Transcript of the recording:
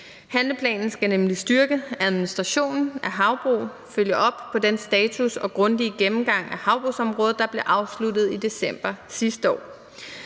Handleplanen skal nemlig styrke administrationen af havbrug og følge op på den status og grundige gennemgang af havbrugsområdet, der blev afsluttet i december sidste år.